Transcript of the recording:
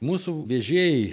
mūsų vežėjai